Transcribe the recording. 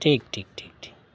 ᱴᱷᱤᱠ ᱴᱷᱤᱠ ᱴᱷᱤᱠ ᱴᱷᱤᱠ